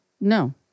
no